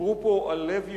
דיברו פה על לב יהודי,